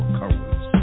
colors